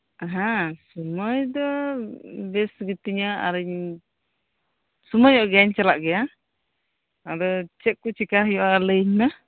ᱦᱮᱸ ᱥᱩᱢᱟᱹᱭ ᱫᱚ ᱵᱮᱥ ᱜᱤᱛᱤᱧᱟ ᱟᱨᱤᱧ ᱥᱩᱢᱟᱹᱭᱚᱜ ᱜᱮᱭᱟ ᱟᱨᱤᱧ ᱪᱟᱞᱟᱜ ᱜᱮᱭᱟ ᱟᱫᱚ ᱪᱮᱜ ᱠᱚ ᱪᱤᱠᱟ ᱦᱩᱭᱩᱜᱼᱟ ᱞᱟᱹᱭ ᱟᱹᱧ ᱢᱮ